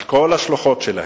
על כל השלוחות שלהן,